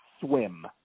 swim